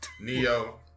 Neo